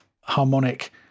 harmonic